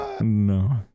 No